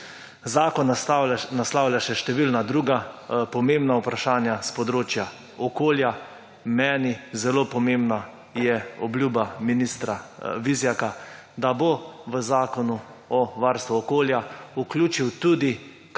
Zakon naslavlja še številna druga pomembna vprašanja s področja okolja. Meni zelo pomembna je obljuba ministra Vizjaka, da bo v Zakon o varstvu okolja vključil tudi